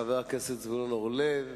חבר הכנסת זבולון אורלב.